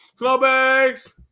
Snowbags